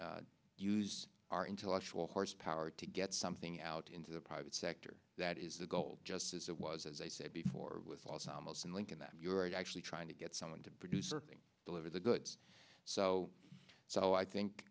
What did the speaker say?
to use our intellectual horsepower to get something out into the private sector that is the goal just as it was as i said before with los alamos and lincoln that you're actually trying to get someone to produce or deliver the goods so so i think